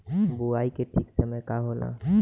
बुआई के ठीक समय का होला?